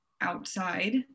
outside